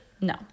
No